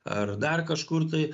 ar dar kažkur tai